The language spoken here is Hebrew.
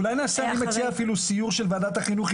אולי נעשה אני מציע אפילו סיור של ועדת החינוך.